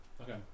Okay